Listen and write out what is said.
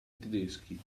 tedeschi